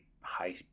high